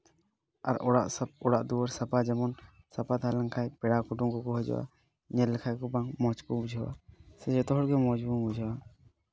ᱟᱨ ᱚᱲᱟᱜ ᱥᱟᱯᱷᱟ ᱚᱲᱟᱜᱼᱫᱩᱣᱟᱹᱨ ᱥᱟᱯᱷᱟ ᱡᱮᱢᱚᱱ ᱥᱟᱯᱷᱟ ᱛᱟᱦᱮᱸ ᱞᱮᱱᱠᱷᱟᱱ ᱯᱮᱲᱟ ᱠᱩᱴᱩᱢ ᱠᱚᱠᱚ ᱦᱤᱡᱩᱜᱼᱟ ᱥᱮ ᱧᱮᱞ ᱞᱮᱠᱷᱟᱱ ᱵᱟᱝ ᱢᱚᱡᱽ ᱠᱚ ᱵᱩᱡᱷᱟᱹᱣᱟ ᱥᱮ ᱡᱚᱛᱚᱦᱚᱲᱜᱮ ᱢᱚᱡᱽ ᱠᱚ ᱵᱩᱡᱷᱟᱹᱣᱟ